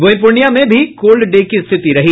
वहीं पूर्णिया में cold day की स्थिति रही